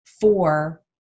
four